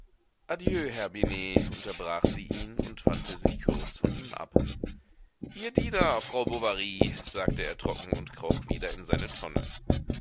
herr binet unterbrach sie ihn und wandte sich kurz von ihm ab ihr diener frau bovary sagte er trocken und kroch wieder in seine tonne